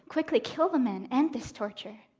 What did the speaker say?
quickly. kill the man. end this torture.